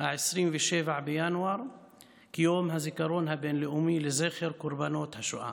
27 בינואר כיום הזיכרון הבין-לאומי לזכר קורבנות השואה.